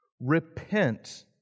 repent